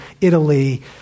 Italy